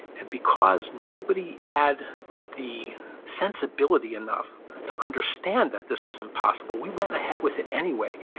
and because nobody had the sensibility enough to understand that this was impossible, we went ahead with it anyway.